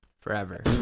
Forever